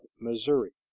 Missouri